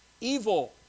evil